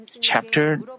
Chapter